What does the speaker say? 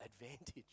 advantage